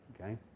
okay